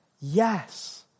yes